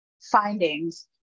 findings